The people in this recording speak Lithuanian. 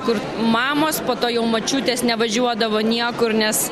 kur mamos po to jau močiutės nevažiuodavo niekur nes